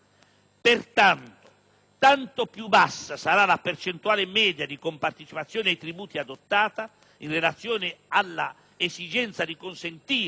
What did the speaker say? Pertanto, tanto più bassa sarà la percentuale media di compartecipazione ai tributi adottata, in relazione all'esigenza di consentire